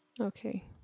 Okay